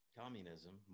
communism